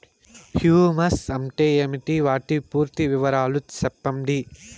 Humus అంటే ఏంటి? వాటి పూర్తి వివరాలు సెప్పండి?